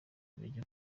bajya